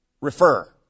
refer